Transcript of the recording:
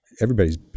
everybody's